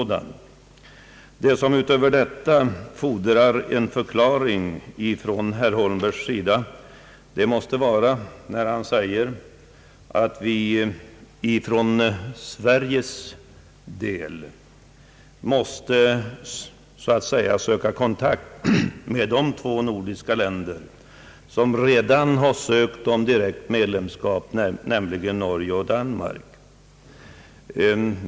Det som utöver detta fordrar en förklaring från herr Holmberg är hans påstående, att Sverige måste söka kontakt med de två nordiska länder som redan har ansökt om direkt medlemskap, nämligen Norge och Danmark.